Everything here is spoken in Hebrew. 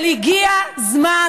אבל הגיע זמן